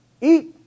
eat